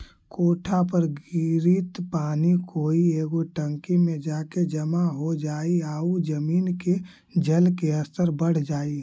कोठा पर गिरित पानी कोई एगो टंकी में जाके जमा हो जाई आउ जमीन के जल के स्तर बढ़ जाई